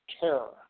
terror